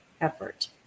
effort